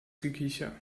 gekicher